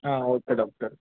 okay doctor